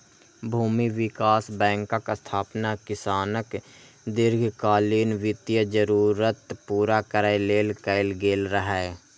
भूमि विकास बैंकक स्थापना किसानक दीर्घकालीन वित्तीय जरूरत पूरा करै लेल कैल गेल रहै